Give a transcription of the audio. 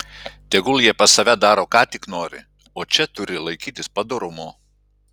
tegul jie pas save daro ką tik nori o čia turi laikytis padorumo